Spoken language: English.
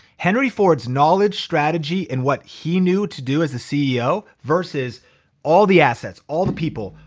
henry ford's knowledge, strategy and what he knew to do as a ceo versus all the assets, all the people,